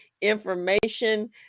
information